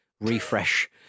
refresh